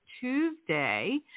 Tuesday